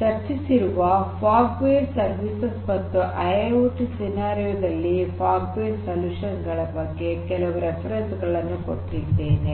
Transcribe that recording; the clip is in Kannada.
ಚರ್ಚಿಸಿರುವ ಫಾಗ್ ಬೇಸ್ಡ್ ಸರ್ವಿಸಸ್ ಮತ್ತು ಐಐಓಟಿ ಸನ್ನಿವೇಶದಲ್ಲಿ ಫಾಗ್ ಬೇಸ್ಡ್ ಪರಿಹಾರಗಳ ಬಗ್ಗೆ ಕೆಲವು ಉಲ್ಲೇಖಗಳನ್ನು ಕೊಟ್ಟಿದ್ದೇನೆ